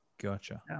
Gotcha